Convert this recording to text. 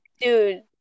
dude